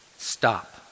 Stop